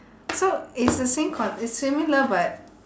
so it's the same con~ it's similar but